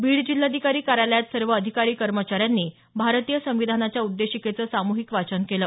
बीड जिल्हाधिकारी कार्यालयात सर्व अधिकारी कर्मचाऱ्यांनी भारतीय संविधानाच्या उद्देशिकेचे साम्हिक वाचन केलं